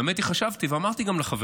האמת היא שחשבתי, ואמרתי גם לחברים.